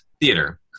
theater